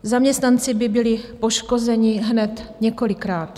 Zaměstnanci by byli poškozeni hned několikrát.